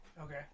Okay